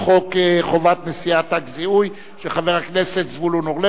חובת נשיאת תג זיהוי והזדהות של עובד ציבור,